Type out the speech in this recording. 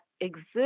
exist